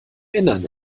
innern